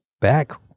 back